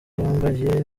bambaye